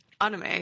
anime